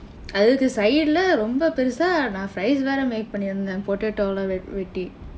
அதுக்கு:athukku side இல்ல ரொம்ப பெருசா நான்:illa rompa perusaa naan fries வேற:veera make பண்ணி இருந்தேன்:panni irundtheen potato எல்லாம் வெட்டி:ellaam vetdi